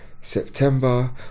september